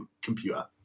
computer